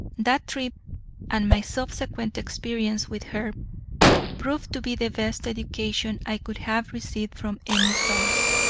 that trip and my subsequent experience with her proved to be the best education i could have received from any source.